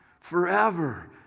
forever